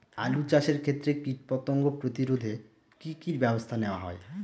আলু চাষের ক্ষত্রে কীটপতঙ্গ প্রতিরোধে কি কী ব্যবস্থা নেওয়া হয়?